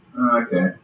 Okay